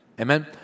Amen